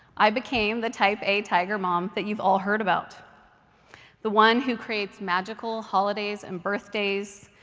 i became the type a tiger mom that you've all heard about the one who creates magical holidays and birthdays,